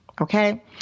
Okay